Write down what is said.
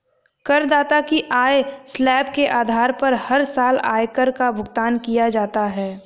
करदाता की आय स्लैब के आधार पर हर साल आयकर का भुगतान किया जाता है